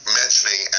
mentioning